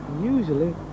Usually